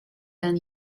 than